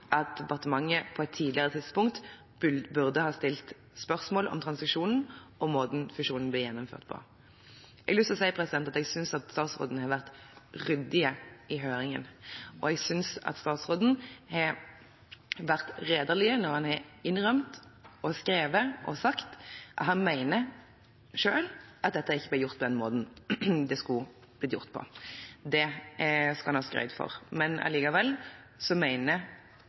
at departementet på et tidligere tidspunkt burde ha stilt spørsmål om transaksjonen og måten fusjonen ble gjennomført på. Ellers vil jeg si at jeg synes at statsråden har vært ryddig i høringen, og jeg synes han har vært redelig når han har innrømt og skrevet og sagt at han selv mener at dette ikke ble gjort på den måten det skulle blitt gjort på. Det skal han ha skryt for. Allikevel